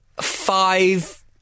five